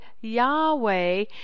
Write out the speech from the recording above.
Yahweh